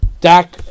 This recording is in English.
Dak